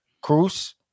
Cruz